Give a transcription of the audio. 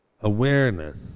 awareness